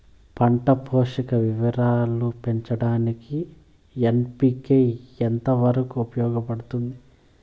పంట పోషక విలువలు పెంచడానికి ఎన్.పి.కె ఎంత వరకు ఉపయోగపడుతుంది